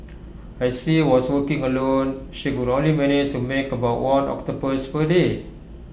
as she was working alone she could only manage to make about one octopus per day